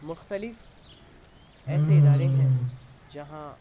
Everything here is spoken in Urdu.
مختلف ایسے ادارے ہیں جہاں